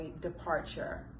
departure